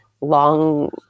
long